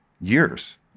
years